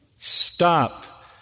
Stop